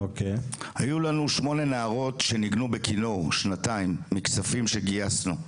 היו לנו שמונה נערות שניגנו בכינור שנתיים מכספים שגייסנו,